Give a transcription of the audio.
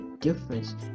difference